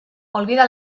olvida